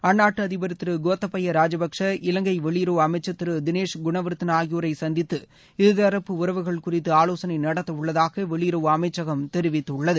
அந்நாட்டு அதிபர் திரு கோத்த பயா ராஜபக்ஷா இலங்கை வெளியுறவு அமைச்சர் திரு தினேஷ் குணவர்தனா ஆகியோரை சந்தித்து இருதரப்பு உறவுகள் குறித்து ஆலோசனை நடத்தவுள்ளதாக வெளியுறவு அளமச்சகம் தெரிவித்துள்ளது